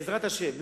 בעזרת השם,